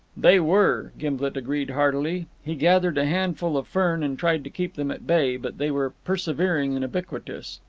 they were, gimblet agreed heartily. he gathered a handful of fern and tried to keep them at bay, but they were persevering and ubiquitous.